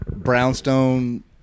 brownstone